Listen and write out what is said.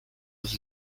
was